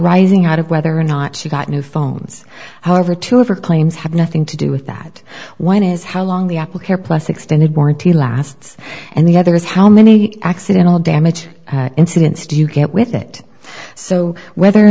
rising out of whether or not she got new phones however two of her claims have nothing to do with that one is how long the apple care plus extended warranty lasts and the other is how many accidental damage incidents do you can't with it so whether or